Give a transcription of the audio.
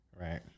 right